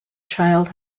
child